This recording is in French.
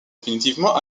définitivement